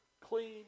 clean